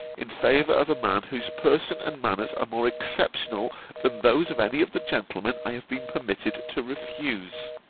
in favour of a man whose person and manners are more exceptional than those of any of the gentlemen i have been permitted to refuse.